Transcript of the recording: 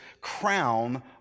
crown